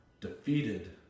defeated